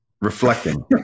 reflecting